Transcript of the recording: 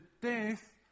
death